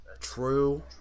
true